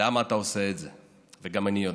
למה אתה עושה את זה, וגם אני יודע.